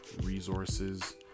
resources